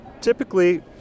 Typically